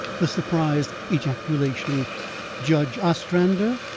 the surprised ejaculation judge ostrander!